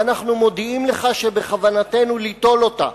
ואנחנו מודיעים לך שבכוונתנו ליטול אותה.